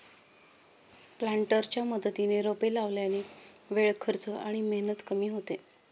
प्लांटरच्या मदतीने रोपे लावल्याने वेळ, खर्च आणि मेहनत कमी होते